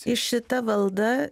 tai šita valda